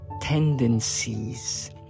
tendencies